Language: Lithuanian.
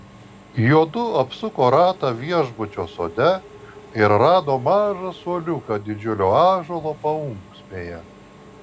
juodu apsuko ratą viešbučio sode ir rado mažą suoliuką didžiulio ąžuolo paūksmėje